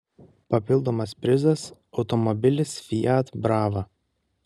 papildomas prizas automobilis fiat brava